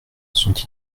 sont